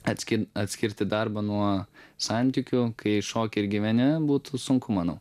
atskin atskirti darbą nuo santykių kai šoki ir gyveni būtų sunku manau